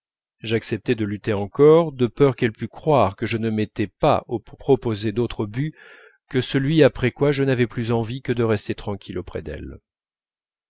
j'acceptai de lutter encore de peur qu'elle pût croire que je ne m'étais proposé d'autre but que celui après quoi je n'avais plus envie que de rester tranquille auprès d'elle